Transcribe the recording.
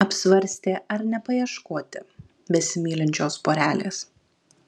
apsvarstė ar nepaieškoti besimylinčios porelės